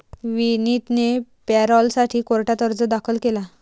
विनीतने पॅरोलसाठी कोर्टात अर्ज दाखल केला